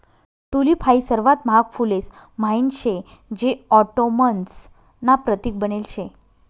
tulip हाई सर्वात महाग फुलेस म्हाईन शे जे ऑटोमन्स ना प्रतीक बनेल शे